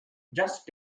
just